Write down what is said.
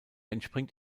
entspringt